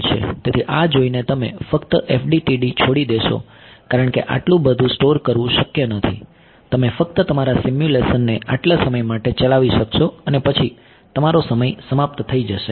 તેથી આ જોઈને તમે ફક્ત FDTD છોડી દેશો કારણ કે આટલું બધું સ્ટોર કરવું શક્ય નથી તમે ફક્ત તમારા સિમ્યુલેશનને આટલા સમય માટે ચલાવી શકશો અને પછી તમારો સમય સમાપ્ત થઈ જશે